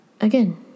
again